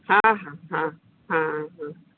হ্যাঁ হ্যাঁ হ্যাঁ হ্যাঁ হ্যাঁ